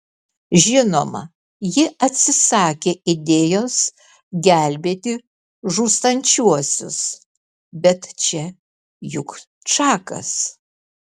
žinoma ji atsisakė idėjos gelbėti žūstančiuosius bet čia juk čakas